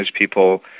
people